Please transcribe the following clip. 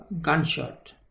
gunshot